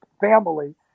family